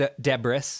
Debris